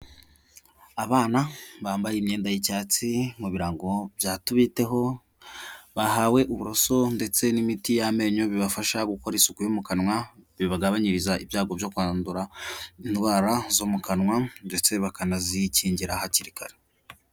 Abana bambaye imyenda y'icyatsi mu birango bya tubiteho bahawe uburoso ndetse n'imiti y'amenyo, bibafasha gukora isuku yo mu kanwa, bibagabanyiriza ibyago byo kwandura indwara zo mu kanwa ndetse bakanazikingira hakiri kare.